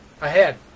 ahead